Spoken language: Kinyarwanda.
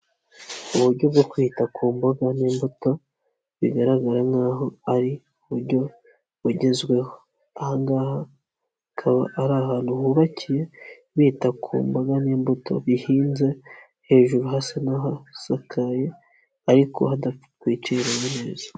Uburyo bwo kwita ku mboga n'imbuto bigaragara nk'aho ari uburyo bugezweho, aha ngaha hakaba ari ahantu hubakiye bita ku mboga n'imbuto bihinze hejuru hasi n'ahasakaye ariko hadatwikiriye neza.